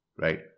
right